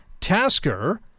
Tasker